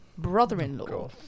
brother-in-law